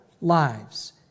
lives